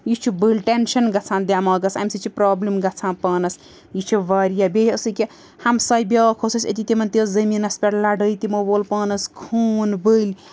یہِ چھُ بٔلۍ ٹٮ۪نشَن گَژھان دٮ۪ماغَس اَمہِ سۭتۍ چھِ پرٛابلِم گَژھان پانَس یہِ چھِ واریاہ بیٚیہِ ٲس ییٚکیٛاہ ہمساے بیٛاکھ اوس اَسہِ أتی تِمَن تہِ زٔمیٖنَس پٮ۪ٹھ لَڑٲے تِمو وول پانَس خوٗن بٔلۍ